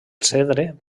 cedre